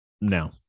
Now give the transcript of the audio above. No